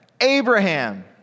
Abraham